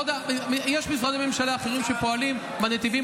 יש משרדי ממשלה אחרים שפועלים בנתיבים,